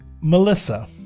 Melissa